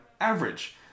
average